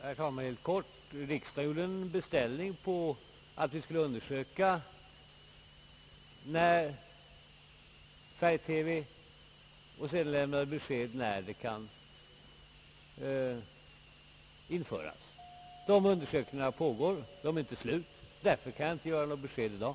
Herr talman! Riksdagen gjorde en beställning, som innebar att vi skulle undersöka när färg-TV kan införas och sedan lämna besked om detta. De undersökningarna är inte slut. De pågår, och därför kan jag inte ge något besked i dag.